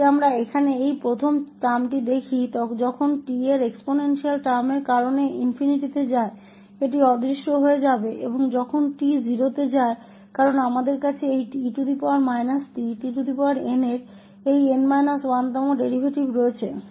यदि हम यहाँ यह पहला पद देखते हैं जब t इस एक्सपोनेंशियल पद के कारण ∞ पर जाता है तो यह लुप्त हो जाएगा और जब t 0 पर जाता है क्योंकि हमारे पास इस e ttnका यह 𝑛 1th डेरीवेटिव है